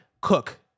cook